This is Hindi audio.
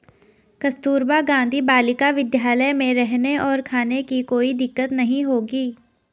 कस्तूरबा गांधी बालिका विद्यालय में रहने और खाने की कोई दिक्कत नहीं होगी